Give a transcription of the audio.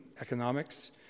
economics